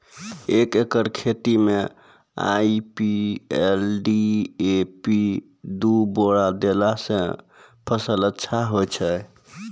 एक एकरऽ खेती मे आई.पी.एल डी.ए.पी दु बोरा देला से फ़सल अच्छा होय छै?